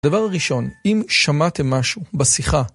הדבר ראשון, אם שמעתם משהו בשיחה.